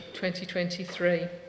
2023